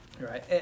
Right